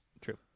True